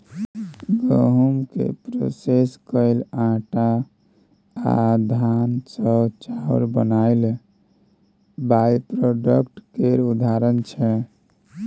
गहुँम केँ प्रोसेस कए आँटा आ धान सँ चाउर बनाएब बाइप्रोडक्ट केर उदाहरण छै